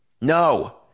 No